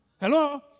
Hello